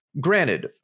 granted